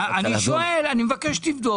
אני מבקש שתבדוק.